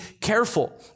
careful